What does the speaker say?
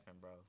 bro